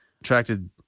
Attracted